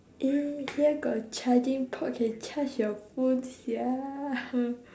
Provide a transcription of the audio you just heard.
eh here got charging port can charge your phone sia